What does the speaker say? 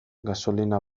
gasolina